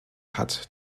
hat